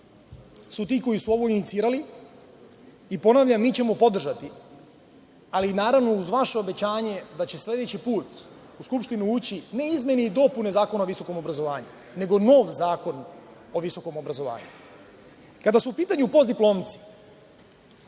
su ti koji su ovo inicirali, i ponavljam, mi ćemo podržati, ali naravno uz vaše obećanje da će sledeći put u Skupštinu ući ne izmene i dopune Zakona o visokom obrazovanju, nego nov zakon o visokom obrazovanju. Kada su u pitanju postdiplomci,